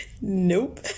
Nope